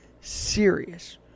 serious